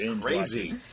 Crazy